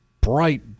bright